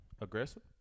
Aggressive